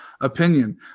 opinion